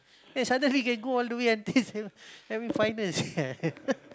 eh suddenly can go all the way until semi semi finals sia